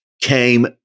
came